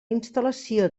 instal·lació